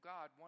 God